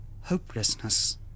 hopelessness